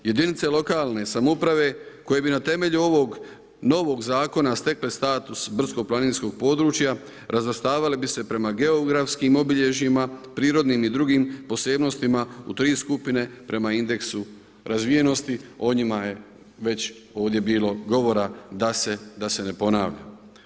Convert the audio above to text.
Jedinice lokalne samouprave koje bi na temelju ovog novog zakona stekle status brdsko planinskog područja razvrstavale bi se prema geografskim obilježjima, prirodnim ili drugim posebnostima u tri skupine prema indeksu razvijenosti, o njima je već ovdje bilo govora da se ne ponavljam.